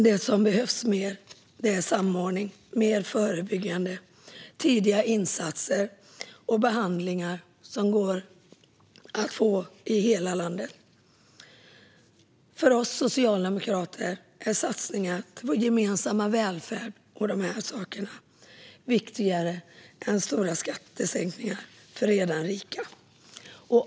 Det som behövs är mer samordning, mer förebyggande, tidiga insatser och behandlingar som går att få i hela landet. För oss socialdemokrater är satsningar på vår gemensamma välfärd och de här sakerna viktigare än stora skattesänkningar för redan rika.